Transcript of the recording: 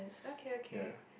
ya